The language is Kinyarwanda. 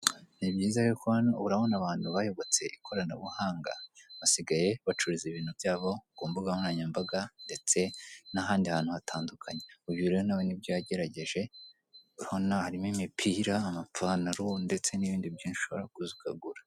Ni byiza ko urabona abantu bayobotse ikoranabuhanga basigaye bacururiza ibintu byabo kumbuga nkoranyambaga ndetse n'ahandi hantu hatandukanye uyu rero nawe nibyo yagerageje urabona harimo imipira amapantalo ndetse n'ibindi byinshi ushobora kugura.